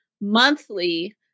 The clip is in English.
monthly